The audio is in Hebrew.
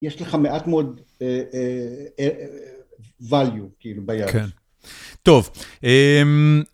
יש לך מעט מאוד value, כאילו, ביד. טוב.